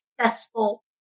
successful